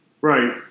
Right